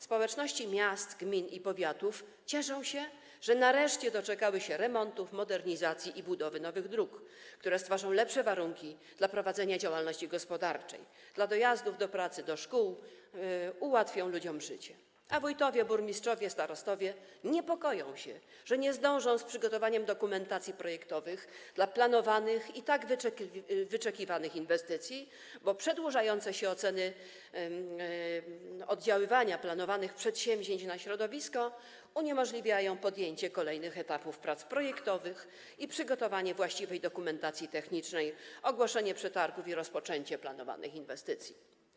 Społeczności miast, gmin i powiatów cieszą się, że nareszcie doczekały się remontów, modernizacji i budowy nowych dróg, które stworzą lepsze warunki do prowadzenia działalności gospodarczej i do dojazdów do pracy, szkół i ułatwią ludziom życie, a wójtowie, burmistrzowie i starostowie niepokoją się, że nie zdążą z przygotowaniem dokumentacji projektowych dla planowanych i tak wyczekiwanych inwestycji, bo przedłużanie się dokonywania oceny oddziaływania planowanych przedsięwzięć na środowisko uniemożliwia podjęcie kolejnych etapów prac projektowych, przygotowanie właściwej dokumentacji technicznej, ogłoszenie przetargów i rozpoczęcie planowanych inwestycji.